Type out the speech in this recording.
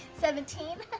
seventeen?